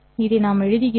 இதை நாம் எழுதுகிறோம்